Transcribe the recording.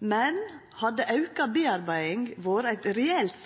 Men hadde auka bearbeiding vore eit reelt